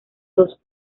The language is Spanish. dos